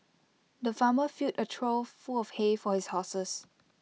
the farmer filled A trough full of hay for his horses